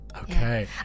Okay